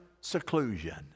seclusion